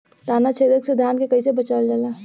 ताना छेदक से धान के कइसे बचावल जाला?